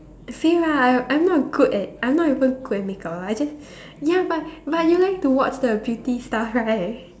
same ah I I'm not good at I'm not even good at make-up ah I just ya but but you like to watch the beauty stuff right